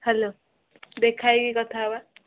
hello ଦେଖା ହେଇକି କଥା ହେବା